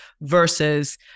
versus